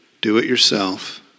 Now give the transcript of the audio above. do-it-yourself